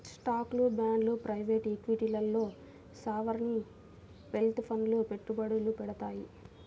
స్టాక్లు, బాండ్లు ప్రైవేట్ ఈక్విటీల్లో సావరీన్ వెల్త్ ఫండ్లు పెట్టుబడులు పెడతాయి